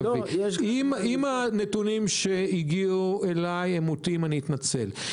אם הנתונים שהגיעו אליי מוטעים אני אתנצל.